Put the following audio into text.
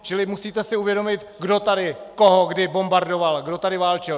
Čili musíte si uvědomit, kdo tady koho kdy bombardoval, kdo tady válčil.